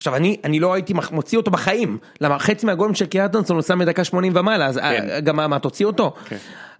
עכשיו אני אני לא הייתי מוציא אותו בחיים למה חצי מהגולים של קיאטונס הוא שם מדקה 80 ומעלה אז גם מה תוציא אותו?